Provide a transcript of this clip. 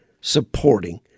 supporting